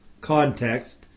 context